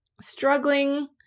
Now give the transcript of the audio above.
struggling